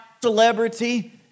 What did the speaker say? celebrity